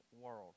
world